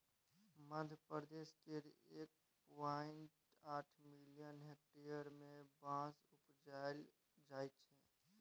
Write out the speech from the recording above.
मध्यप्रदेश केर एक पॉइंट आठ मिलियन हेक्टेयर मे बाँस उपजाएल जाइ छै